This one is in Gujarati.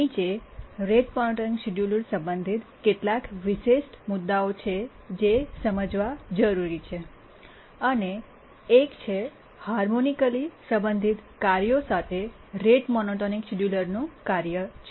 નીચે રેટ મોનોટોનિક શિડ્યુલર સંબંધિત કેટલાક વિશિષ્ટ મુદ્દા છે જે સમજવા જરૂરી છે અને એક તે હાર્મોનિકલી સંબંધિત કાર્યો સાથે રેટ મોનોટોનિક શિડ્યુલરનું કાર્ય છે